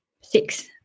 six